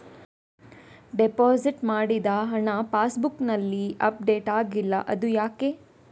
Deposit ಮಾಡಿದ ಹಣ ಪಾಸ್ ಬುಕ್ನಲ್ಲಿ ಅಪ್ಡೇಟ್ ಆಗಿಲ್ಲ ಅದು ಯಾಕೆ?